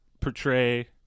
portray